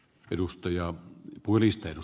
arvoisa puhemies